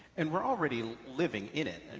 and we're already living in it.